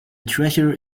treasure